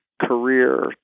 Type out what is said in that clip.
career